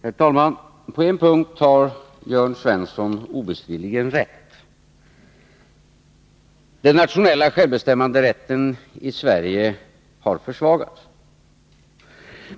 Herr talman! På en punkt har Jörn Svensson obestridligen rätt. Den nationella självbestämmanderätten i Sverige har försvagats.